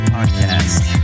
Podcast